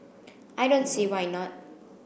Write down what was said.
I don't see why not